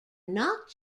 not